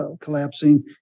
collapsing